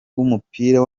w’umupira